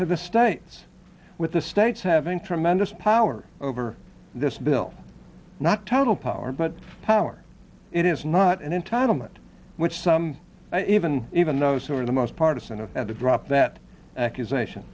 to the states with the states having tremendous power over this bill not total power but power it is not an entitlement which some even even those who are the most partisan of at the drop that accusation